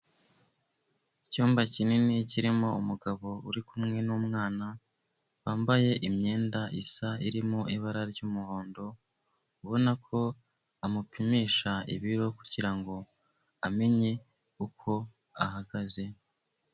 Icyumba kinini kirimo umugabo uri kumwe n'umwana wambaye imyenda isa irimo ibara ry'umuhondo, ubona ko amupimisha ibiro kugirango amenye uko ahagaze.